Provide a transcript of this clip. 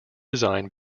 design